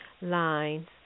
lines